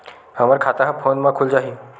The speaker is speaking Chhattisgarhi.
हमर खाता ह फोन मा खुल जाही?